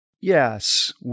Yes